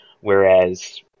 whereas